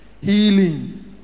Healing